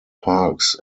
parks